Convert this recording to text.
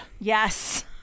Yes